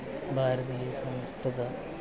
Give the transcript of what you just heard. भारतीयसंस्कृतम्